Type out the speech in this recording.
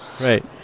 Right